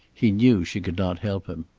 he knew she could not help him.